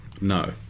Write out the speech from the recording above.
No